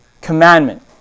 commandment